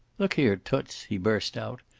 look here, toots, he burst out.